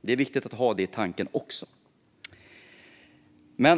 Det är viktigt att ha det i tanken också.